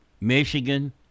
Michigan